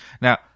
Now